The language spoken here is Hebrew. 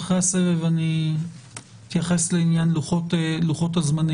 אחרי הסבב אני אתייחס לעניין לוחות הזמנים.